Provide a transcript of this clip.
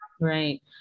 right